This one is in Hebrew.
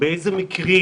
באיזה מקרים,